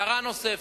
הערה נוספת.